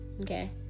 okay